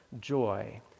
joy